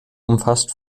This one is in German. umfasst